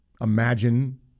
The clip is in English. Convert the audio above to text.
imagine